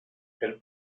elle